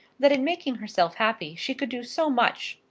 that in making herself happy she could do so much,